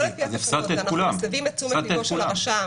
אנחנו מסתכלים בסופו של דבר על הסיטואציה